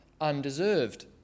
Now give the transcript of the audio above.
undeserved